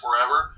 forever